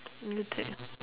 retell